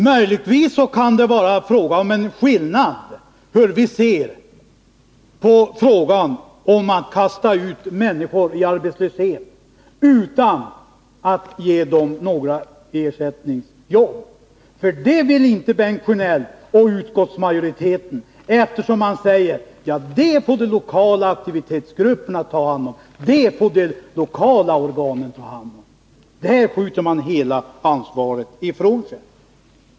Möjligtvis kan det finnas en skillnad när det gäller hur vi ser på frågan om att kasta ut människor i arbetslöshet utan att ge dem några ersättningsjobb. Det vill inte Bengt Sjönell och utskottsmajoriteten, eftersom de säger att de lokala aktivitetsgrupperna och de lokala organen får ta hand om det. Man skjuter hela ansvaret ifrån sig.